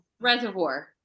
Reservoir